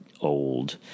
old